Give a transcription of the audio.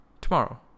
tomorrow